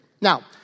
Now